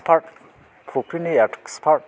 expert फुख्रिनि expert